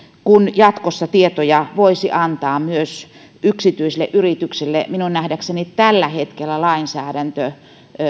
kun jatkossa tietoja voisi antaa myös yksityisille yrityksille minun nähdäkseni tällä hetkellä lainsäädäntö